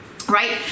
right